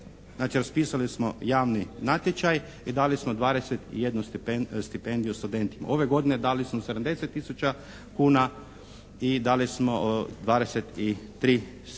Znači raspisali smo javni natječaj i dali smo 21 stipendiju studentima. Ove godine dali smo 70 tisuća kuna i dali smo 23 stipendije